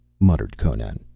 muttered conan.